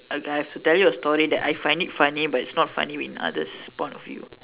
I I have to tell you a story that I find it funny but it's not funny in another's point of view